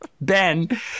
Ben